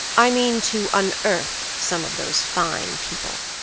i mean to unearth some of those fine people.